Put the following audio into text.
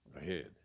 ahead